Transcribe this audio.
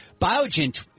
Biogen